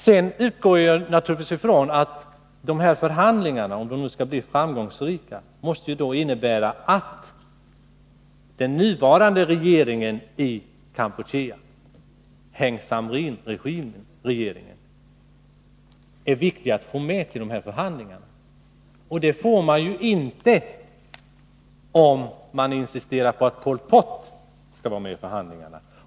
Sedan utgår jag ifrån att dessa förhandlingar om de skall bli framgångsrika måste innebära att den nuvarande regeringen i Kampuchea, Heng Samrinregeringen, kommer med till förhandlingarna. Men det gör den ju inte om man insisterar på att Pol Pot skall vara med i förhandlingarna.